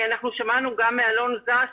שמענו גם מאלון זקס,